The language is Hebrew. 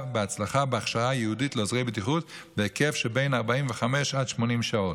בהצלחה בהכשרה ייעודית לעוזרי בטיחות בהיקף שבין 45 עד 80 שעות.